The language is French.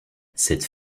cette